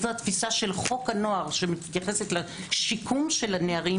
וזו התפיסה של חוק הנוער שמתייחסת לשיקום הנערים,